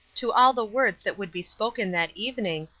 to all the words that would be spoken that evening,